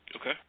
Okay